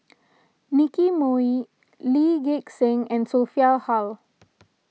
Nicky Moey Lee Gek Seng and Sophia Hull